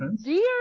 dear